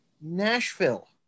Nashville